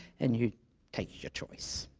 and you take your choice